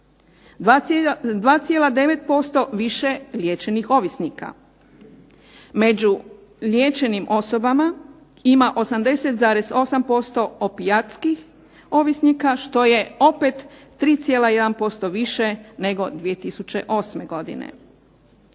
2,9% više liječenih ovisnika. Među liječenim osobama ima 80,8% opijatskih ovisnika što je opet 3,1% više nego 2008. godine.